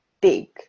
big